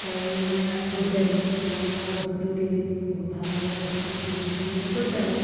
তায়ো মানে কৈছে বহুত মৰম লগা বস্তুটো দিলি বহুত ভাল লগা বস্তুটো দিলি তেনেকৈ কৈছে আৰু